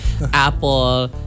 apple